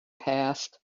passed